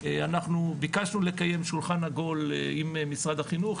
אנחנו ביקשנו לקיים שולחן עגול עם משרד החינוך,